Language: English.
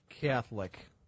Catholic